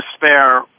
despair